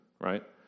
right